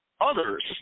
others